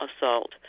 assault